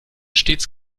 stets